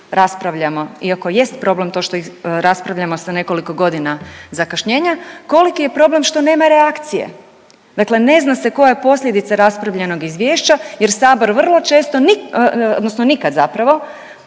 raspravljamo iako jest problem to što ih raspravljamo sa nekoliko godina zakašnjenja koliki je problem što nema reakcije. Dakle, ne zna se koja je posljedica raspravljenog izvješća jer sabor vrlo često odnosno nikad zapravo